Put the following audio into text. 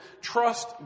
trust